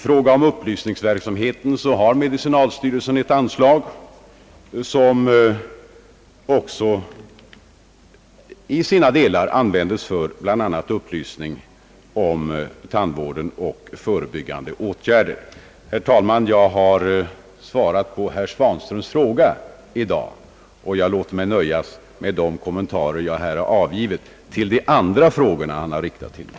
På upplysningsverksamhetens område har medicinalstyrelsen ett anslag, som till en del kan användas för bl.a. upplysning om tandvården och om förebyggande åtgärder i detta avseende. Herr talman! Jag har i dag besvarat herr Svanströms fråga, och jag låter mig i övrigt nöja med de kommentarer jag under debatten avgivit på de andra spörsmål han riktat till mig.